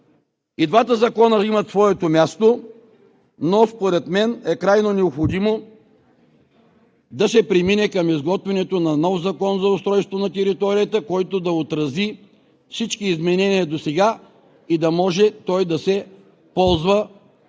И двата закона имат своето място, но според мен е крайно необходимо да се премине към изготвянето на нов Закон за устройство на територията, който да отрази всички изменения досега и да може да се ползва